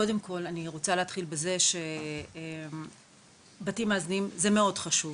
קודם כל אני רוצה להתחיל בזה שבתים מאזנים זה מאוד חשוב,